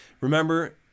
remember